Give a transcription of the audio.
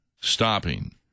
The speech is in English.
stopping